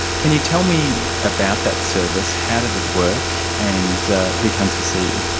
can you tell me about that service? how does it work, and who comes to see you?